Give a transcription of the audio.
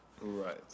Right